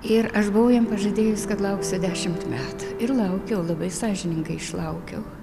ir aš buvau jam pažadėjus kad lauksiu dešimt metų ir laukiau labai sąžiningai išlaukiau